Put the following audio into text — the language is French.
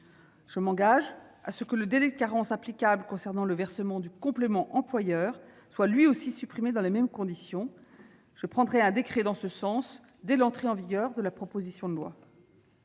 Je m'engage à ce que le délai de carence applicable concernant le versement du complément employeur soit lui aussi supprimé dans les mêmes conditions. Je prendrai un décret en ce sens dès l'entrée en vigueur de la proposition de loi.